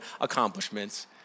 accomplishments